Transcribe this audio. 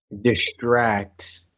Distract